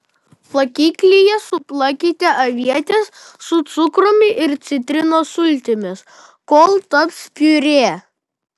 plakiklyje suplakite avietes su cukrumi ir citrinos sultimis kol taps piurė